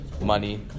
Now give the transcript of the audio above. money